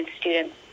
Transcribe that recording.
students